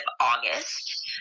August